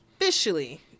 officially